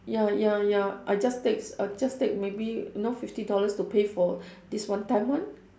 ya ya ya I just takes I just take maybe you know fifty dollars to pay for this one time one